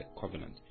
covenant